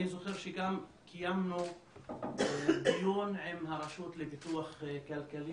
אני זוכר שקיימנו דיון עם הרשות לפיתוח כלכלי.